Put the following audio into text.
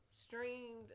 streamed